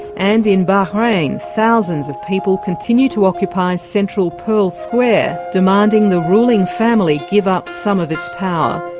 and in bahrain thousands of people continue to occupy central pearl square, demanding the ruling family give up some of its power.